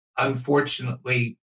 unfortunately